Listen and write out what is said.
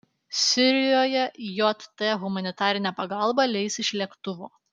sirijoje jt humanitarinę pagalbą leis iš lėktuvo